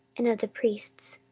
and of the priests,